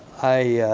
i